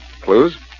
Clues